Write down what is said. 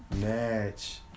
match